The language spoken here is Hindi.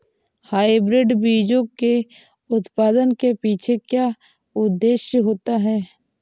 हाइब्रिड बीजों के उत्पादन के पीछे क्या उद्देश्य होता है?